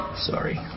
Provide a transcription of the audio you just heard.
Sorry